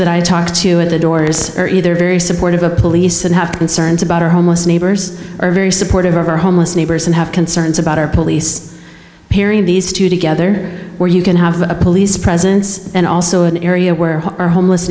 that i talked to in the doors are either very supportive of police and have concerns about our homeless neighbors are very supportive of our homeless neighbors and have concerns about our police here in these two together where you can have a police presence and also an area where our homeless